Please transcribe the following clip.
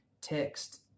text